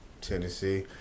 Tennessee